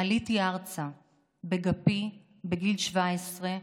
עליתי ארצה בגפי, בגיל 17,